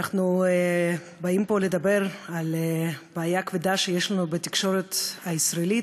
אנחנו באים פה לדבר על בעיה כבדה שיש לנו בתקשורת הישראלית,